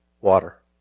water